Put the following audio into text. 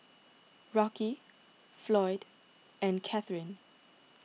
Rocky Floyd and Kathrine